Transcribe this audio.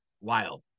wild